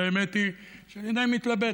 והאמת היא שאני עדיין מתלבט.